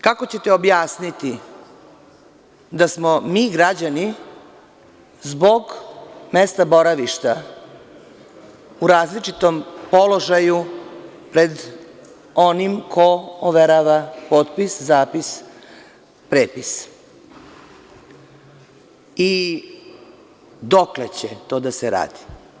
Kako ćete objasniti da smo mi građani zbog mesta boravišta u različitom položaju pred onim ko overava potpis, zapis, prepis, i dokle će to da se radi?